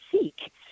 seek